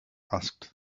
asked